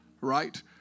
right